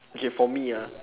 K for me ah